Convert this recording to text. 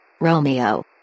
Romeo